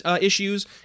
issues